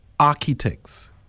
architects